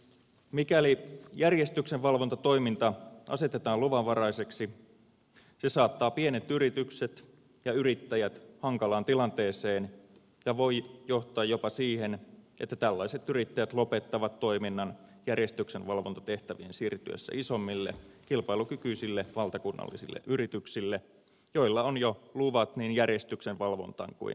mikäli järjestyksenvalvontatoiminta asetetaan luvanvaraiseksi se saattaa pienet yritykset ja yrittäjät hankalaan tilanteeseen ja voi johtaa jopa siihen että tällaiset yrittäjät lopettavat toiminnan järjestyksenvalvontatehtävien siirtyessä isommille kilpailukykyisille valtakunnallisille yrityksille joilla on jo luvat niin järjestyksenvalvontaan kuin vartioimisliiketoimintaan